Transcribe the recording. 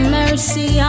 mercy